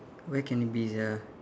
where can it be sia